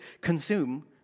consume